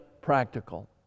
practical